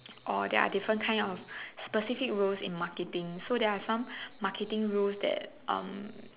or there are different kind of specific rules in marketing so there are some marketing rules that um